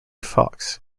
fox